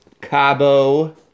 Cabo